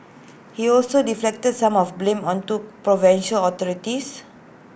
he also deflected some of the blame onto provincial authorities